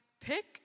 pick